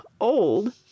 Old